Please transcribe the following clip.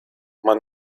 man